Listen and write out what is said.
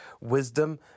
wisdom